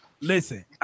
Listen